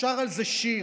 שר על זה שיר,